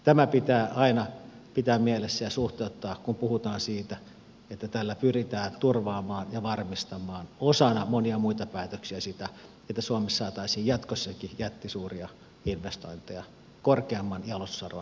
tämä pitää aina pitää mielessä ja suhteuttaa kun puhutaan siitä että tällä pyritään turvaamaan ja varmistamaan osana monia muita päätöksiä sitä että suomessa saataisiin jatkossakin jättisuuria investointeja korkeamman jalostusarvon